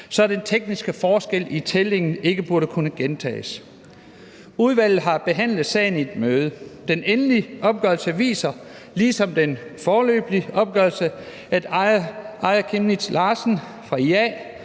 så den tekniske forskel i tællingen ikke burde kunne gentages. Udvalget har behandlet sagen i et møde. Den endelige opgørelse viser, ligesom den foreløbige opgørelse, at Aaja Chemnitz Larsen, IA,